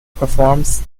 performs